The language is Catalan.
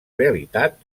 realitat